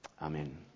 amen